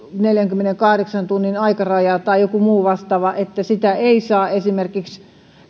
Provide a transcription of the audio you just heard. neljänkymmenenkahdeksan tunnin aikaraja tai joku muu vastaava että sitä ei saa esimerkiksi